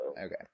okay